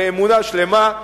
באמונה שלמה,